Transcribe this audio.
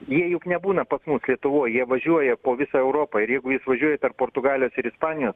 jie juk nebūna pas mus lietuvoj jie važiuoja po visą europą ir jeigu jis važiuoja tarp portugalijos ir ispanijos